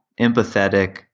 empathetic